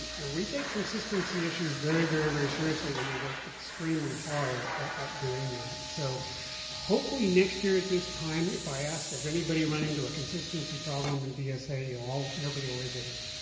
and we take consistency issues very, very, very seriously. and we work extremely hard at doing that. so hopefully next year at this time, if i ask has anybody run into a consistency problem in dsa, you'll all, nobody will raise their hands.